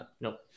Nope